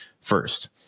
first